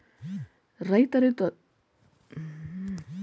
ರೈತರು ತೆಗೆದುಕೊಳ್ಳುವ ಸಾಲಕ್ಕೆ ಕೃಷಿ ಪತ್ತಿನ ಸಂಘ ಕಡಿಮೆ ಬಡ್ಡಿದರದಲ್ಲಿ ಸಾಲ ಕೊಡುತ್ತೆ